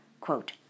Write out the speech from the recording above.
quote